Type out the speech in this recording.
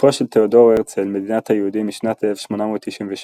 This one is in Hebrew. בספרו של תיאודור הרצל "מדינת היהודים" משנת 1896